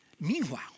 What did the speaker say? Meanwhile